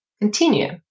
continue